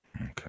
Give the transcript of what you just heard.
Okay